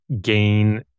gain